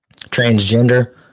transgender